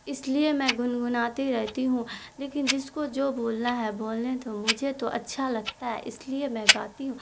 اس لیے میں گنگناتی رہتی ہوں لیکن جس کو جو بولنا ہے بولنے دو مجھے تو اچھا لگتا ہے اس لیے میں گاتی ہوں